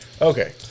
Okay